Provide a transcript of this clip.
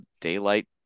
daylight